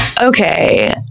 Okay